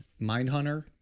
Mindhunter